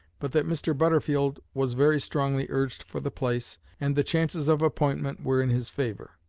but that mr. butterfield was very strongly urged for the place and the chances of appointment were in his favor.